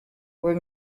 were